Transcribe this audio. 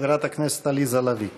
חברת הכנסת עליזה לביא.